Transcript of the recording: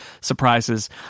surprises